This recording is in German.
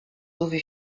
sowie